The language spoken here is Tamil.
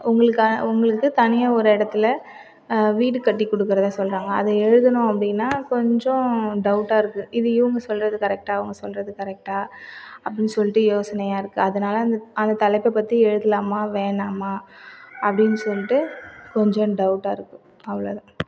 உங்களுக்கான உங்களுக்கு தனியாக ஒரு இடத்தில் வீடு கட்டி கொடுக்குறனு சொல்றாங்கள் அதை எழுதுனோம் அப்படினா கொஞ்சம் டவுட்டா இருக்குது இது இவங்கள் சொல்றது கரெக்ட்டா அவங்கள் சொல்றது கரெக்ட்டா அப்படினு சொல்லிட்டு யோசனையாக இருக்குது அதனால் அந்த தலைப்பை பற்றி எழுதலாமா வேணாமா அப்படினு சொல்லிட்டு கொஞ்சம் டவுட்டா இருக்குது அவ்ளோதான்